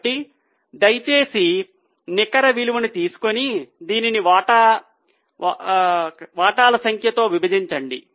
కాబట్టి దయచేసి నికర విలువను తీసుకొని దానిని వాటాల సంఖ్యతో విభజించండి